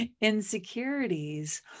insecurities